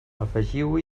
afegiu